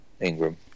Ingram